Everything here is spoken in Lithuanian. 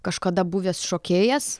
kažkada buvęs šokėjas